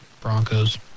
Broncos